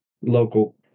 local